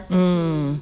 mm